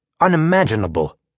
unimaginable